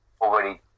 already